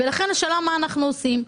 לכן השאלה מה אנחנו עושים.